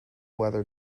weather